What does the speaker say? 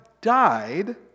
died